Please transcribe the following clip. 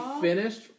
finished